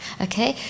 Okay